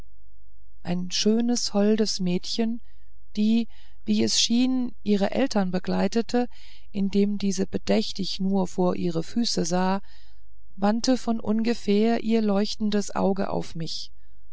ein schönes holdes mädchen die wie es schien ihre eltern begleitete indem diese bedächtig nur vor ihre füße sahen wandte von ungefähr ihr leuchtendes auge auf mich